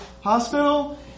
hospital